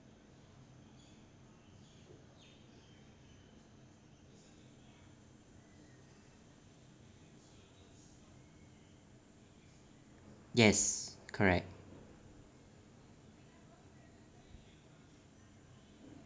yes correct